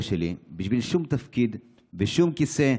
שלי בשביל שום תפקיד ושום כיסא.